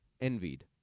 envied